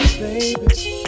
baby